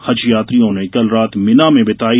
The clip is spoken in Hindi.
हज यात्रियों ने कल रात मिना में बिताई